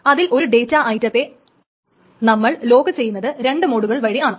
അതിൽ ഒരു ഡേറ്റ ഐറ്റത്തെ നമ്മൾ ലോക്ക് ചെയ്യുന്നത് രണ്ടു മോഡുകൾ വഴി ആണ്